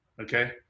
Okay